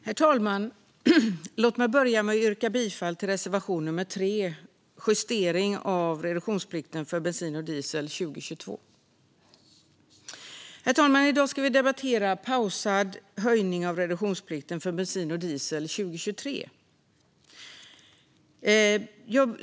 Herr talman! Låt mig börja med att yrka bifall till reservation 3 om justering av reduktionsplikten för bensin och diesel 2022. I dag ska vi debattera pausad höjning av reduktionsplikten för bensin och diesel 2023.